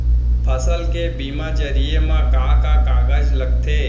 फसल के बीमा जरिए मा का का कागज लगथे?